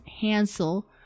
Hansel